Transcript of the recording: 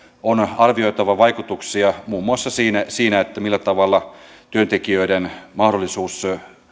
on arvioitava vaikutuksia muun muassa siinä siinä millä tavalla työntekijöiden mahdollisuus